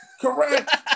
Correct